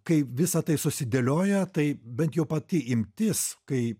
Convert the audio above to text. kai visa tai susidėlioja tai bent jau pati imtis kai